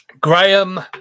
graham